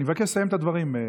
אני אבקש לסיים את הדברים.